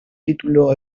título